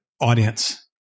audience